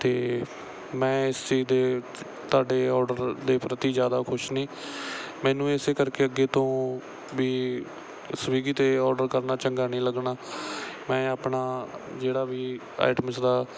ਅਤੇ ਮੈਂ ਇਸ ਚੀਜ਼ ਦੇ ਤੁਹਾਡੇ ਔਡਰ ਦੇ ਪ੍ਰਤੀ ਜ਼ਿਆਦਾ ਖੁਸ਼ ਨਹੀਂ ਮੈਨੂੰ ਇਸ ਕਰਕੇ ਅੱਗੇ ਤੋਂ ਵੀ ਸਵੀਗੀ 'ਤੇ ਔਡਰ ਕਰਨਾ ਚੰਗਾ ਨਹੀਂ ਲੱਗਣਾ ਮੈਂ ਆਪਣਾ ਜਿਹੜਾ ਵੀ ਆਈਟਮਸ ਦਾ